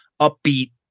upbeat